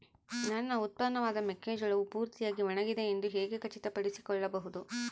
ನನ್ನ ಉತ್ಪನ್ನವಾದ ಮೆಕ್ಕೆಜೋಳವು ಪೂರ್ತಿಯಾಗಿ ಒಣಗಿದೆ ಎಂದು ಹೇಗೆ ಖಚಿತಪಡಿಸಿಕೊಳ್ಳಬಹುದು?